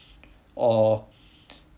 or